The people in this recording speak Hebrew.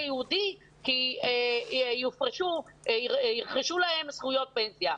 ייעודי כי ירכשו להם זכויות פנסיה.